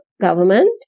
government